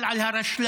אבל גם על הרשלנות